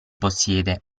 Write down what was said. possiede